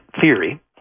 theory